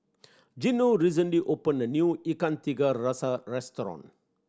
Gino recently opened a new Ikan Tiga Rasa restaurant